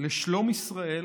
לשלום ישראל